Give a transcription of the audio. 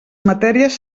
matèries